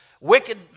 wicked